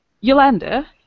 Yolanda